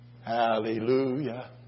Hallelujah